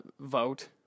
vote